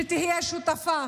שתהיה שותפה,